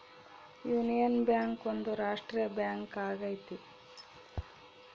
union Bank ಒಂದು ರಾಷ್ಟ್ರೀಯ bank ಆಗೈತಿ